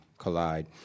Collide